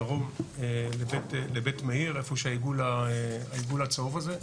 מצפון לבית מאיר, איפה שהעיגול הצהוב הזה.